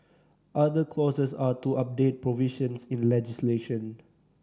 other clauses are to update provisions in legislation